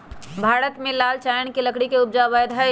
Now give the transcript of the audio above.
भारत में लाल चानन के लकड़ी के उपजा अवैध हइ